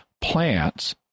Plants